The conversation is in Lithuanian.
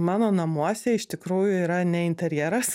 mano namuose iš tikrųjų yra ne interjeras